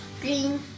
Green